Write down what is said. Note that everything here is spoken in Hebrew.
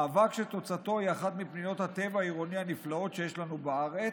מאבק שתוצאתו היא אחת מפנינות הטבע העירוני הנפלאות שיש לנו בארץ,